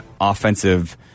offensive